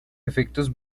efectos